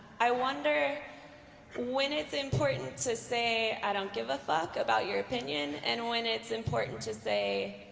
i wonder when it's important to say i don't give a fuck about your opinion and when it's important to say,